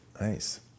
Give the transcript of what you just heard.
Nice